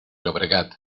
llobregat